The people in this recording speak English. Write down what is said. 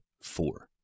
four